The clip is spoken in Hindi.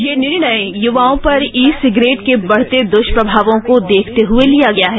यह निर्णय युवाओं पर ई सिगरेट के बढ़ते दुष्प्रभावों को देखते हुए लिया गया है